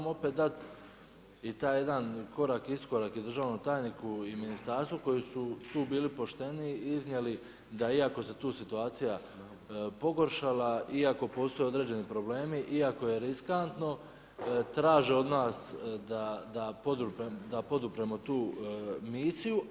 opet dati i taj jedan korak, iskorak i državnom tajniku i ministarstvu koji su tu bili pošteni i iznijeli da iako se tu situacija pogoršala, iako postoje određeni problemi, iako je riskantno traže od nas da podupremo tu misiju.